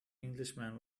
englishman